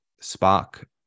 spark